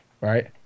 right